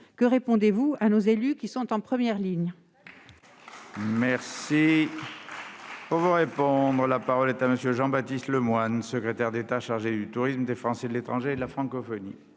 Que répondez-vous à nos élus, qui sont en première ligne ?